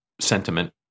sentiment